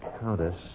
Countess